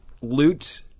loot